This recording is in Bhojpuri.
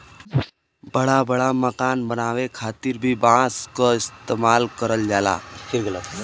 बड़ा बड़ा मकान बनावे खातिर भी बांस क इस्तेमाल करल जाला